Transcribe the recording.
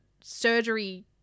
surgery